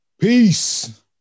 Peace